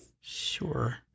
Sure